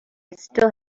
still